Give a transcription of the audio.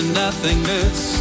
nothingness